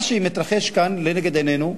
מה שמתרחש כאן לנגד עינינו,